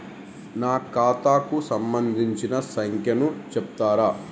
నా ఖాతా కు సంబంధించిన సంఖ్య ను చెప్తరా?